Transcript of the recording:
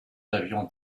avions